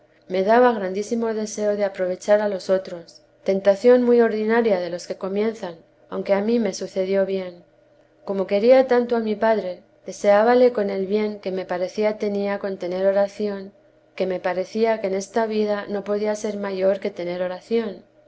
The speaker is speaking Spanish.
me daba grandísimo deseo de aprovechar a los otros tentación muy ordinaria de los que comienzan aunque a mí me sucedió bien como quería tanto a mi padre deseábale con el bien que me parecía tenía con tener oración que me parecía que en esta vida no podía ser mayor que tener oración